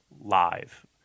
live